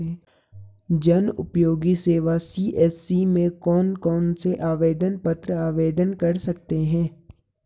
जनउपयोगी सेवा सी.एस.सी में कौन कौनसे आवेदन पत्र आवेदन कर सकते हैं?